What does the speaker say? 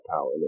power